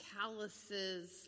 calluses